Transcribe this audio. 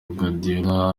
guardiola